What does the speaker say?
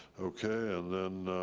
okay and then